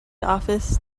office